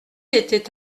était